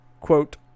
quote